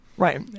Right